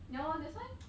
no that's why